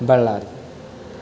Ballari